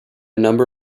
number